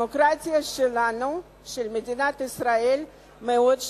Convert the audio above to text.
הדמוקרטיה שלנו, של מדינת ישראל, מאוד שברירית,